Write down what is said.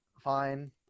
fine